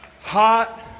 hot